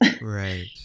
right